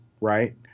right